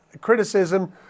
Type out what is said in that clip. criticism